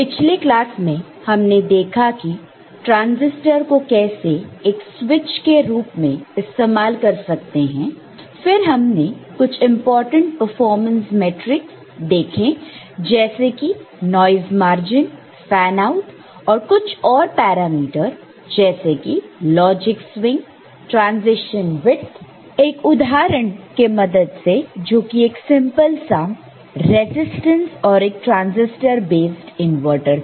पिछले क्लास में हमने देखा कि ट्रांसिस्टर को कैसे एक स्विच के रूप में इस्तेमाल कर सकते हैं फिर हमने कुछ इंपॉर्टेंट परफॉर्मेंस मैट्रिक्स देखें जैसे कि नॉइस मार्जिन फैन आउट और कुछ और पैरामीटर जैसे कि लॉजिक स्विंग ट्रॅन्ज़िशन् विड्थ एक उदाहरण के मदद से जो कि एक सिंपल सा रेजिस्टेंस और एक ट्रांसिस्टर बेस्ड इनवर्टर था